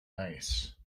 nice